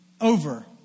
over